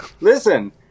listen